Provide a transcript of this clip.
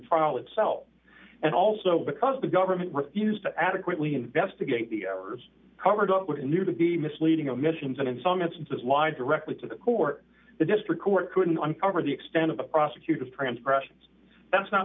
trial celt and also because the government refused to adequately investigate the hours covered up with a new to be misleading omissions and in some instances line directly to the court the district court couldn't cover the extent of the prosecutor's transgressions that's not